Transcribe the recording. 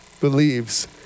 believes